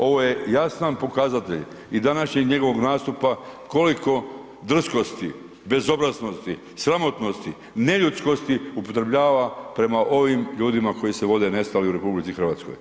Ovo je jasan pokazatelj i današnjeg njegovog nastupa, koliko drskosti, bezobraznosti, sramotnosti, neljudskosti upotrebljava prema ovim ljudima koji se vode nestali u RH.